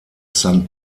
san